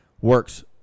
works